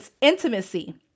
intimacy